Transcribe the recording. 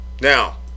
Now